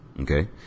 okay